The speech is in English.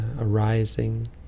Arising